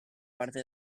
parte